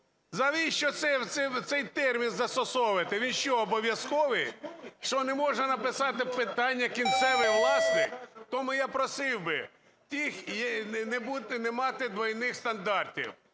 Навіщо ви цей термін застосовуєте, він що, обов'язковий? Що не можна написати питання "кінцевий власник"? Тому я просив би не майте двійних стандартів.